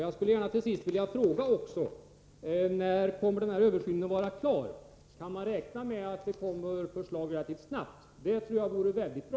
Jag vill även fråga: När kommer denna översyn att vara klar? Kan man räkna med att ett förslag kommer relativt snabbt? Det vore väldigt bra.